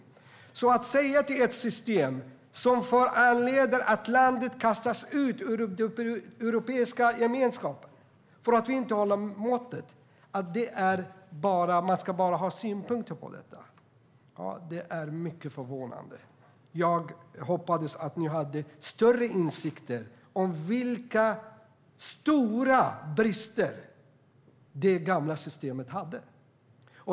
Att man bara ska ha synpunkter på ett system som föranleder att landet kastas ut ur den europeiska gemenskapen för att vi inte håller måttet är mycket förvånande. Jag hoppades att ni hade större insikter om vilka stora brister det gamla systemet hade.